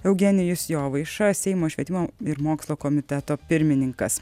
eugenijus jovaiša seimo švietimo ir mokslo komiteto pirmininkas